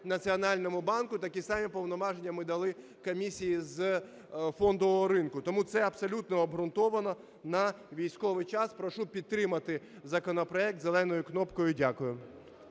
Національному банку, такі самі повноваження ми дали Комісії з фондового ринку. Тому це абсолютно обґрунтовано на військовий час. Прошу підтримати законопроект зеленою кнопкою. Дякую.